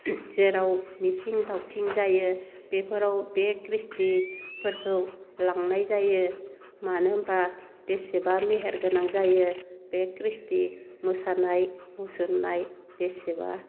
जेराव मिथिं दावथिं जायो बेफोराव बे ख्रिस्थिफोरखौ लांनाय जायो मानो होनबा बेसेबा मेहेर गोनां जायो बे ख्रिस्थि मोसानाय मुसुरनाय बेसेबा